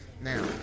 now